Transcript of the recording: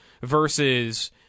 Versus